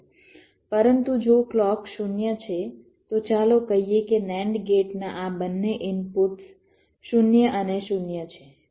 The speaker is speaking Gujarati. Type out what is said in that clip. પરંતુ જો ક્લૉક 0 છે તો ચાલો કહીએ કે NAND ગેટનાં આ બંને ઇનપુટ્સ 0 અને 0 છે